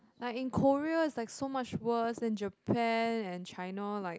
like in Korea it's like so much worse and Japan and China like